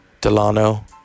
Delano